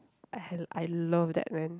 I h~ I love that man